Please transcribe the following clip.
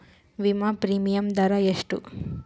ವಿಮಾ ಪ್ರೀಮಿಯಮ್ ದರಾ ಎಷ್ಟು?